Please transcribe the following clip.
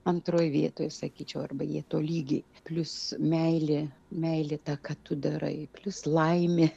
antroj vietoj sakyčiau arba jie tolygiai plius meilė meilė ta ką tu darai plius laimė